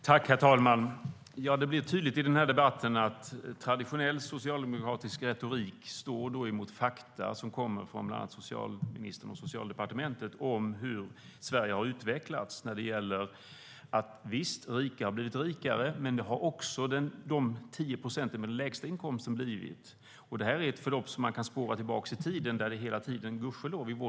Herr talman! Det blir tydligt i debatten att traditionell socialdemokratisk retorik står mot fakta från socialministern och Socialdepartementet om hur Sverige har utvecklats. Visst har rika blivit rikare, men det har också de 10 procenten med den lägsta inkomsten blivit. Det är ett förlopp som kan spåras tillbaka i tiden.